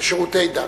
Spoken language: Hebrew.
לשירותי דת.